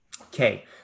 Okay